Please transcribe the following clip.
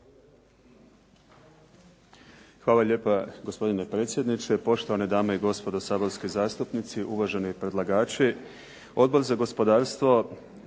Hvala lijepa gospodine predsjedniče, poštovane dame i gospodo saborski zastupnici, uvaženi predlagači. Odbor za gospodarstvo